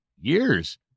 years